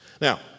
Now